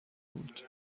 بود